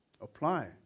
apply